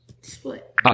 Split